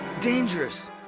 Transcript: dangerous